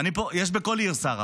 יש בכל עיר שרה.